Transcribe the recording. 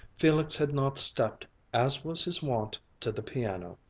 felix had not stepped, as was his wont, to the piano.